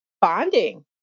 bonding